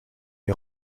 est